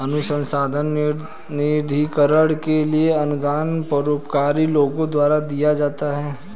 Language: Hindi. अनुसंधान निधिकरण के लिए अनुदान परोपकारी लोगों द्वारा दिया जाता है